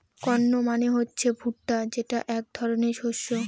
corn মানে হচ্ছে ভুট্টা যেটা এক ধরনের শস্য